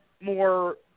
more